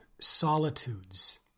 solitudes